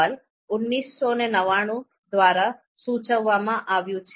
L દ્વારા સૂચવવામાં આવ્યું છે